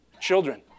Children